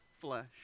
flesh